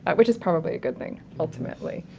but which is probably a good thing ultimately,